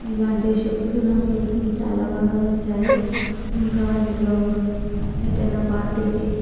ఇలాంటి షూస్ నాకు చాలా బాగా నచ్చాయి ఇంకా ఇందులో ఏదైనా పార్టీకి